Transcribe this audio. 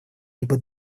либо